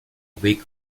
weak